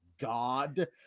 God